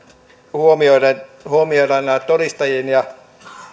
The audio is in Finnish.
huomioidaan todistajien ja